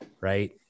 Right